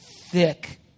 thick